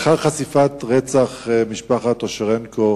לאחר חשיפת רוצח משפחת אושרנקו